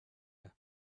air